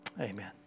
Amen